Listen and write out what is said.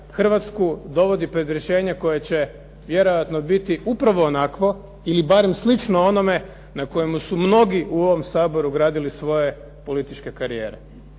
Hrvatsku dovodi pred rješenje koje će vjerojatno biti upravo onakvo ili barem slično onome na kojem su mnogi u ovom Saboru gradili svoje političke karijere.